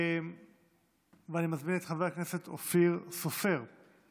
הצעות לסדר-היום מס'